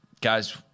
guys